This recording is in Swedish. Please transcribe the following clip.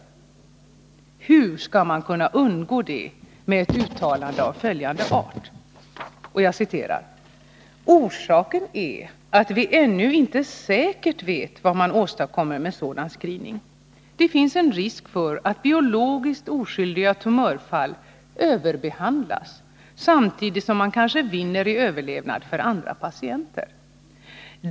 Jag frågar hur man skall kunna undgå det med tanke på ett uttalande av följande art: ”Orsaken är att vi ännu inte säkert vet vad man åstadkommer med sådan screening. Det finns en risk för att biologiskt oskyldiga tumörfall överbehandlas samtidigt som man kanske vinner i överlevnad för andra patienter.